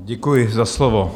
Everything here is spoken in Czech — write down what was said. Děkuji za slovo.